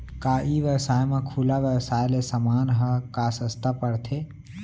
का ई व्यवसाय म खुला व्यवसाय ले समान ह का सस्ता पढ़थे?